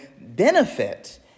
benefit